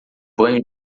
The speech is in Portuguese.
banho